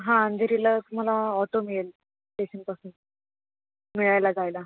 हां अंधेरीला तुम्हाला ऑटो मिळेल स्टेशनपासून मेळ्याला जायला